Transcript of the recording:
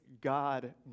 God